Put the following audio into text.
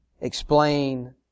explain